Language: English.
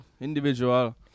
individual